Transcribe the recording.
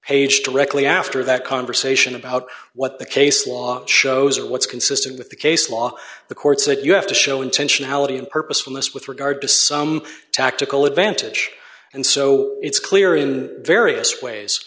page directly after that conversation about what the case law shows are what's consistent with the case law the courts that you have to show intentionality and purposefulness with regard to some tactical advantage and so it's clear in various ways